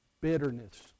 bitterness